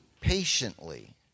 patiently